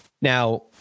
Now